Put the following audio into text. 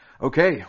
Okay